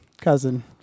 cousin